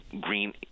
green